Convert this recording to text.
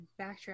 backtrack